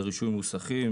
זה רישוי מוסכים,